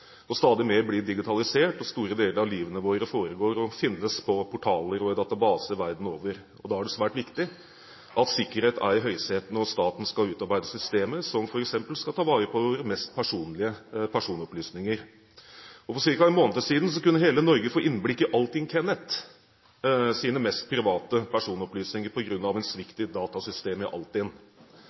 Stadig mer blir digitalisert, og store deler av livet vårt foregår og finnes på portaler og i databaser verden over. Da er det svært viktig at sikkerhet er i høysetet når staten skal utarbeide systemer som f.eks. skal ta vare på våre mest personlige personopplysninger. For ca. en måned siden kunne hele Norge få innblikk i Altinn-Kenneths mest private personopplysninger på grunn av en svikt i et datasystem i